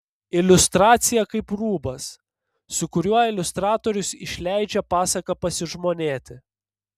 iliustracija kaip rūbas su kuriuo iliustratorius išleidžia pasaką pasižmonėti